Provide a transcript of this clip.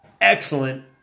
excellent